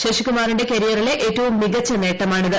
ശശികുമാറിന്റെ കരിയറിലെ ഏറ്റവും മികച്ച നേട്ടമാണിത്